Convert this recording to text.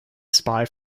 spy